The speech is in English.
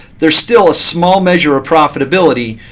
there's still a small measure of profitability.